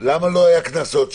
למה לא היו שם קנסות?